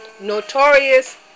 Notorious